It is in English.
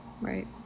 right